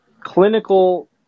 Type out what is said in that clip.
clinical